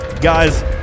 Guys